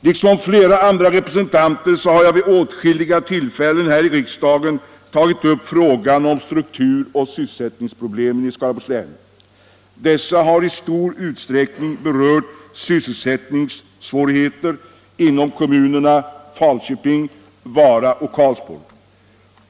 Liksom flera andra representanter har jag vid åtskilliga tillfällen här i riksdagen tagit upp frågan om strukturoch sysselsättningsproblemen i Skaraborgs län. Dessa har i stor utsträckning berört sysselsättningssvårigheter inom kommunerna Falköping, Vara och Karlsborg.